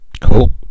Cool